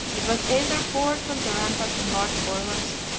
it was either poured from the rampart in large boilers,